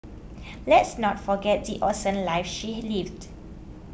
let's not forget the awesome life she lived